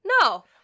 no